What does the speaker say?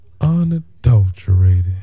unadulterated